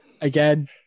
Again